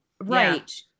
Right